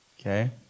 Okay